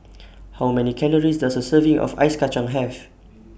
How Many Calories Does A Serving of Ice Kachang Have